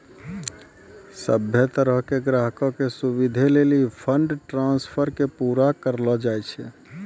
सभ्भे तरहो के ग्राहको के सुविधे लेली फंड ट्रांस्फर के पूरा करलो जाय छै